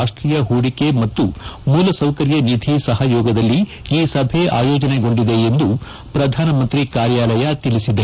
ರಾಷ್ತೀಯ ಹೂಡಿಕೆ ಮತ್ತು ಮೂಲಸೌಕರ್ಯ ನಿಧಿ ಸಹಯೋಗದಲ್ಲಿ ಈ ಸಭೆ ಆಯೋಜನೆಗೊಂಡಿದೆ ಎಂದು ಪ್ರಧಾನಮಂತ್ರಿ ಕಾರ್ಯಾಲಯ ತಿಳಿಸಿದೆ